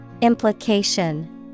Implication